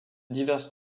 diverses